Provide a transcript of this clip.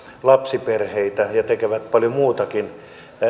lapsiperheitä ja tekevät paljon muutakin